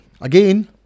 again